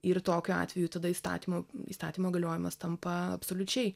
ir tokiu atveju tada įstatymų įstatymo galiojimas tampa absoliučiai